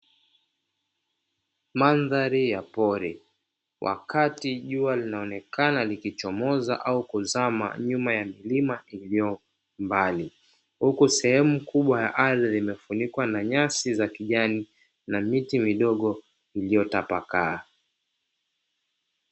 Mandhari ya pori wakati jua linaonekana likichomoza au kuzama nyuma ya milima iliyo mbali, huku sehemu kubwa ya ardhi imefunikwa na nyasi za kijani na miti midogo iliyo tapakaa.